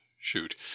Shoot